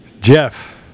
jeff